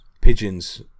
pigeons